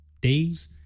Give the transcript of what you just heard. days